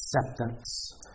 acceptance